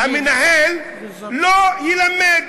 המנהל לא יְלַמד.